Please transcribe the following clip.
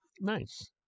Nice